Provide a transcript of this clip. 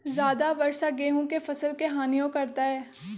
ज्यादा वर्षा गेंहू के फसल के हानियों करतै?